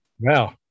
wow